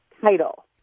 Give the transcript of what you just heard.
title